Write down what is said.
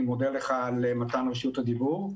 אני מודה לך על מתן רשות הדיבור.